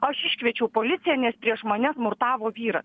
aš iškviečiau policiją nes prieš mane smurtavo vyras